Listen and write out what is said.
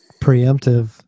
preemptive